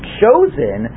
chosen